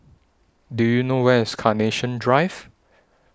Do YOU know Where IS Carnation Drive